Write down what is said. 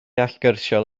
allgyrsiol